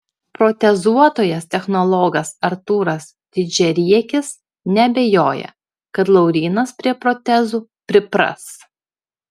protezuotojas technologas artūras didžiariekis neabejoja kad laurynas prie protezų pripras